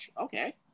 Okay